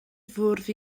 fwrdd